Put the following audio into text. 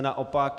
Naopak.